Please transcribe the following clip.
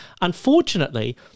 Unfortunately